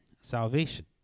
salvation